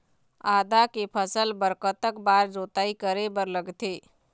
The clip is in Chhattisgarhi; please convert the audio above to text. आदा के फसल बर कतक बार जोताई करे बर लगथे?